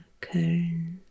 Köln